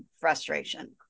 frustration